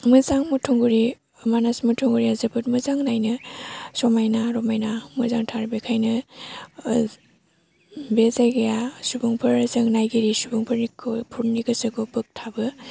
मोजां मथंगुरि मानास मथंगुरिया जोबोद मोजां नायनो समायना रमायना मोजांथार बेखायनो बे जायगाया सुबुंफोर जों नायगिरि सुबुंफोरनि गोसोखौ बोगथाबो